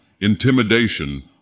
intimidation